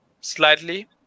slightly